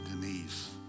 Denise